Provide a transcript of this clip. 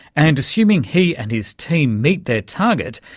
and, assuming he and his team meet their target,